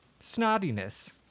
snottiness